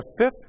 fifth